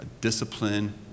discipline